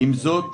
עם זאת,